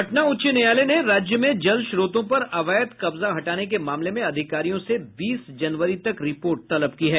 पटना उच्च न्यायालय ने राज्य में जल स्रोतों पर अवैध कब्जा हटाने के मामले में अधिकारियों से बीस जनवरी तक रिपोर्ट तलब की है